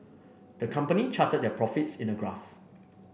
the company charted their profits in a graph